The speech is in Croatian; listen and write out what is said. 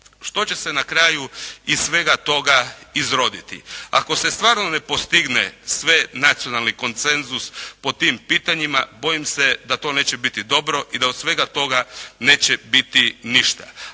što će se na kraju iz svega toga izroditi? Ako se stvarno ne postigne svenacionalni konsenzus po tim pitanjima bojim se da to neće biti dobro i da od svega toga neće biti ništa.